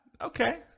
Okay